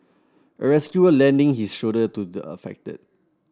a rescuer lending his shoulder to the affected